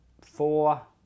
four